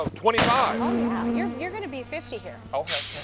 twenty five. ah yeah you're you're going to be fifty here.